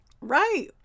Right